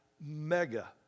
mega